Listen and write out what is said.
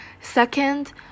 Second